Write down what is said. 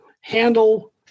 handle